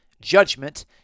judgment